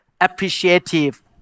appreciative